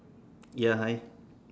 ya hi